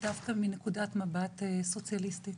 דווקא מנקודת מבט סוציאליסטית,